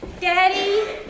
Daddy